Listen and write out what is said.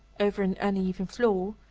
over an uneven floor,